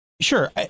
Sure